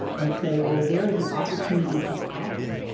and so where there is an opportunity to act,